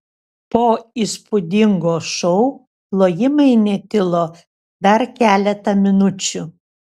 po įspūdingo šou plojimai netilo dar keletą minučių